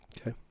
Okay